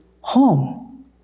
home